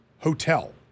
hotel